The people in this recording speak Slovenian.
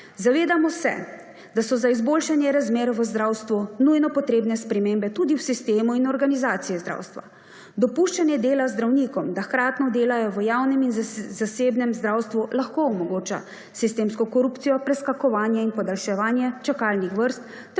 Zavedamo se, da so za izboljšanje razmer v zdravstvu nujno potrebne spremembe tudi v sistemu in organizaciji zdravstva. Dopuščanje dela zdravnikom, da hkratno delajo v javnem in zasebnem zdravstvu, lahko omogoča sistemsko korupcijo, preskakovanje in podaljševanje čakalnih vrst